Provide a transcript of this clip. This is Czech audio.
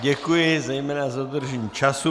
Děkuji zejména za dodržení času.